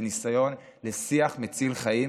זה ניסיון לשיח מציל חיים,